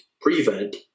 prevent